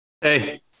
Hey